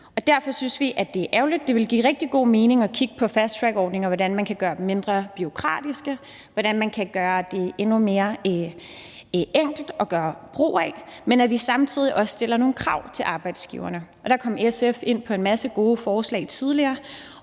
Derfor synes vi, at det er ærgerligt, og at det ville give rigtig god mening at kigge på fasttrackordninger og på, hvordan man kan gøre dem mindre bureaukratiske, og hvordan man kan gøre det endnu mere enkelt at gøre brug af, samtidig med at vi også stiller nogle krav til arbejdsgiverne. Der kom SF tidligere ind på en masse gode forslag, og det